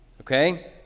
Okay